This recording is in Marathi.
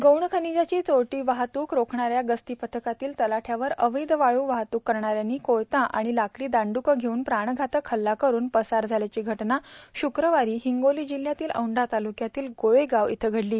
गौण खनिजाची चोरटी वाहतूक रोखणाऱ्या गस्तीपथकातील तलाठ्यावर अवैध वाळू वाहतूक करणाऱ्यांनी कोयते आणि लाकडी दंडके घेऊन प्राणघातक हल्ला करून पसार झाल्याची घटना श्क्रवारी हिंगोली जिल्ह्यातील औंढा तालुक्यातील गोळेगाव येथे घडली